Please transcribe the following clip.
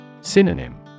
Synonym